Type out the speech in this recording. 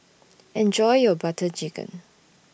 Enjoy your Butter Chicken